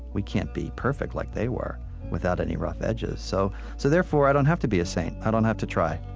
we can't be perfect like they were without any rough edges. so so therefore, i don't have to be a saint. i don't have to try.